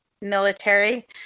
military